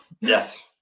Yes